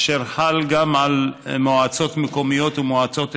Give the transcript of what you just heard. אשר חל גם על מועצות מקומיות ומועצות אזוריות.